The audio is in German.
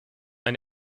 ein